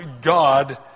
God